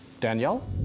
Danielle